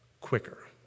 quicker